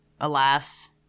Alas